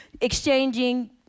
exchanging